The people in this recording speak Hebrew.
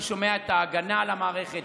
אני שומע את ההגנה על המערכת.